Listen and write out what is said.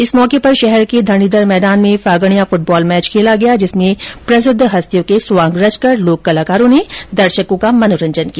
इस मौके पर शहर के धरणीघर मैदान में फागणियां फूटबॉल मैच खेला गया जिसमें प्रसिद्ध हस्तियों के स्वांग रचकर लोक कलाकारों ने दर्शकों का मनोरंजन किया